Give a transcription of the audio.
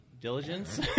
diligence